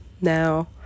now